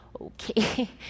okay